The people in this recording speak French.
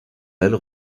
elles